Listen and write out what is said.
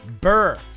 Burr